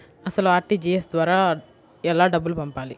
అసలు అర్.టీ.జీ.ఎస్ ద్వారా ఎలా డబ్బులు పంపాలి?